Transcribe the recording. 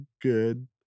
good